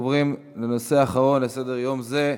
אנחנו עוברים לנושא האחרון בסדר-יום זה: